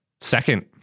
second